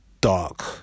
dark